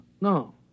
No